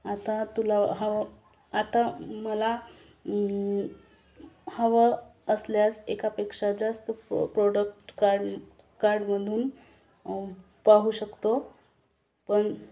आता तुला हवं आता मला हवं असल्यास एकापेक्षा जास्त प्र प्रोडक्ट काड कार्डमधून पाहू शकतो पण